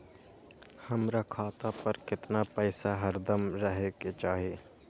हमरा खाता पर केतना पैसा हरदम रहे के चाहि?